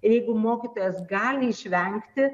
ir jeigu mokytojas gali išvengti